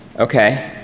okay.